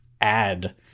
add